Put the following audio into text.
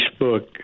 Facebook